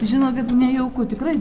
žinokit nejauku tikrai